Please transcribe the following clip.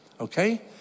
okay